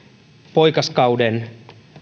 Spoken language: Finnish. poikaskauden